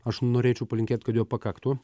aš norėčiau palinkėt kad jo pakaktų